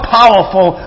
powerful